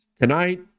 tonight